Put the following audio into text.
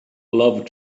love